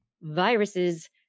viruses